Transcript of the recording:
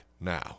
now